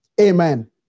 Amen